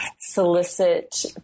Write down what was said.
solicit